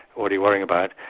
what are you worrying about?